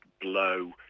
blow